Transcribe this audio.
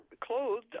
clothed